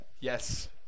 yes